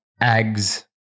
eggs